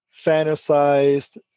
fantasized